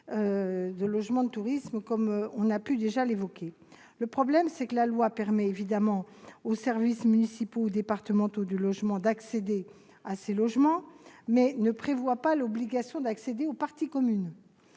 collaboratives. La loi permet évidemment aux services municipaux ou départementaux du logement d'accéder à ces locaux, mais elle ne prévoit pas l'obligation d'accéder aux parties communes.